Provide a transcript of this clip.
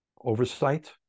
oversight